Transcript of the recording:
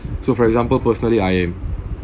so for example personally I am